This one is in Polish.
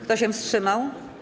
Kto się wstrzymał?